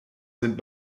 sind